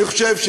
אני חושב,